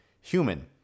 human